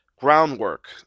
groundwork